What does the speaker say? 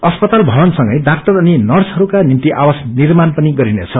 अस्पाताल भवन सँगै डाक्अर अनि नर्सहरूका निम्ति आवास निर्माण पनि गरिनेछ